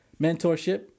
Mentorship